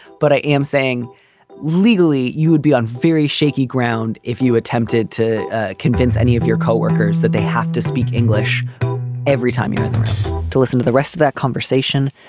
but i am saying legally you'd be on very shaky ground if you attempted to convince any of your co-workers that they have to speak english every time you to listen to the rest of that conversation,